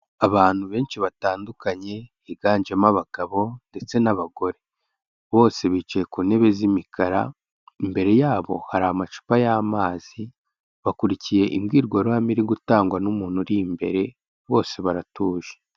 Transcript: Abantu benshi batandukanye, higanjemo abagabo ndetse n'abagore, bose bicaye ku ntebe z'imikara, imbere yabo hari amacupa y'amazi, bakurikiye imbwirwaruhame iri gutangwa n'umuntu uri imbere, bose baratuje.